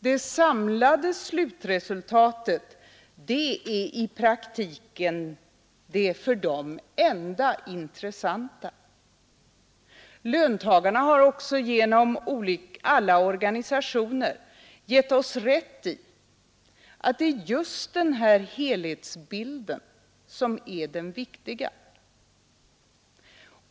Det samlade slutresultatet är i praktiken det för dem enda intressanta. Löntagarna har också genom alla organisationer givit oss rätt i att det är just den här helhetsbilden som är den viktiga.